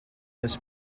this